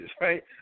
right